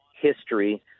history